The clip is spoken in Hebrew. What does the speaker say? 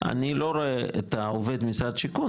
אני לא רואה את העובד משרד שיכון,